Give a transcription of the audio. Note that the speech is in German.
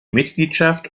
mitgliedschaft